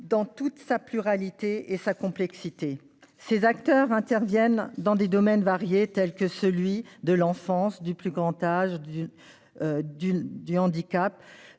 dans toute sa pluralité et sa complexité. Ses acteurs interviennent dans des domaines variés, tels que celui de l'enfance, du plus grand âge, du handicap,